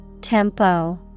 Tempo